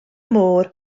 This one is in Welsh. môr